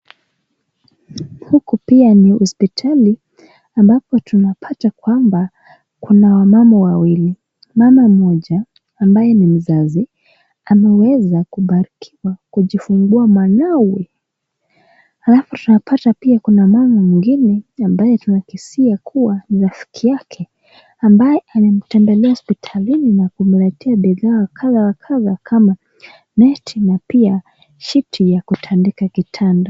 Huku pia ni hosipitali, ambapo tunapata kwamba, kuna mama wawili, mama moja ambaye ni mzazi, ameweza kubarikiwa kujifungua mwanawe. Halafu tunapata pia kuna mama mwigine ambaye tunakisia kuwa ni rafiki yake ambaye amemtembelea hosipitalini na kumletea bidhaa kadha wa kadha kama neti na pia shiti ya kutandika kitanda.